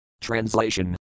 Translation